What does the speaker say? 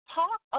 talk